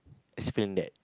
explain that